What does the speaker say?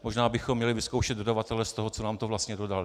Možná bychom měli vyzkoušet dodavatele z toho, co nám to vlastně dodal.